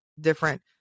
different